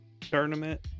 Tournament